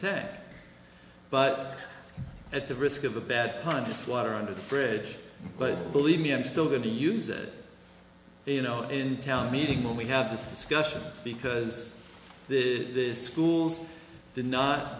ted but at the risk of the bet pundits water under the bridge but believe me i'm still going to use it you know in town meeting when we have this discussion because the schools did not